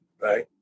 Right